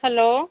hello